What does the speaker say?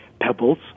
pebbles